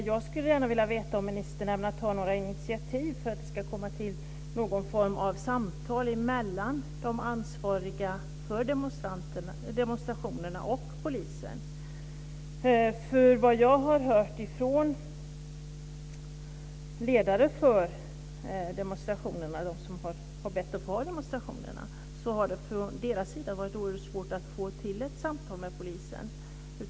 Jag skulle gärna vilja veta om ministern ämnar ta några initiativ för att få till stånd något form av samtal mellan de demonstrationsansvariga och polisen. Jag har hört från de som har ansökt om demonstrationstillstånd att det har varit oerhört svårt att få till ett samtal med polisen.